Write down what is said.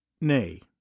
nay